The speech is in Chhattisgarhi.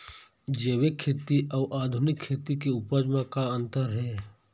जैविक खेती अउ आधुनिक खेती के उपज म का अंतर हे?